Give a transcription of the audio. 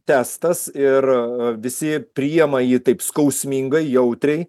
testas ir visi priema jį taip skausmingai jautriai